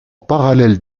parallèle